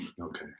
Okay